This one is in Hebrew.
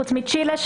חוץ מצ'ילה,